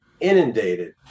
inundated